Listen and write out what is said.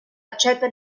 accetta